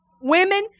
Women